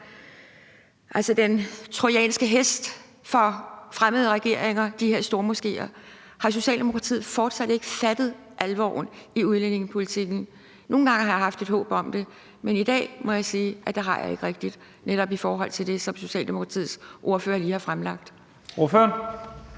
hen den trojanske hest for fremmede regeringer. Har Socialdemokratiet fortsat ikke fattet alvoren i udlændingepolitikken? Nogle gange har jeg haft et håb om det, men i dag må jeg sige, at det har jeg ikke rigtig i forhold til netop det, som Socialdemokratiets ordfører lige har fremlagt. Kl.